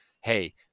hey